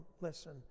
listen